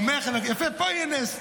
יפה, פה יהיה נס.